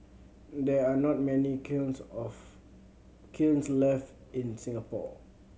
there are not many kilns of kilns left in Singapore